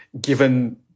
given